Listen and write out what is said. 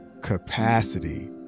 capacity